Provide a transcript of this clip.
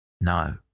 No